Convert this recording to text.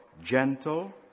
gentle